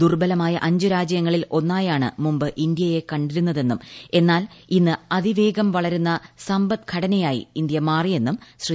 ദുർബലമായ അഞ്ച് ഒന്നായാണ് മുമ്പ് ഇന്ത്യയെ കണ്ടിരുന്നതെന്നും എന്നാൽ ഇന്ന് അതിവേഗം വളരുന്ന സമ്പദ്ഘടനയായി ഇന്തൃ മാറിയെന്നും ശ്രീ